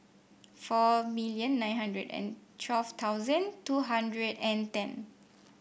four million nine hundred and twelve thousand two hundred and ten